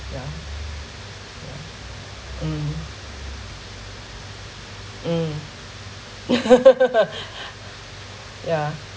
yeah yeah mm mm yeah